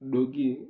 Dogi